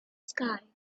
sky